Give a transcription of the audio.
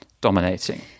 dominating